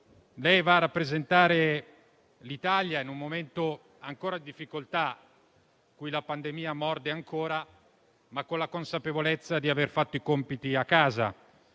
lei va a rappresentare l'Italia, in un momento di difficoltà in cui la pandemia morde ancora, con la consapevolezza di aver fatto i compiti a casa.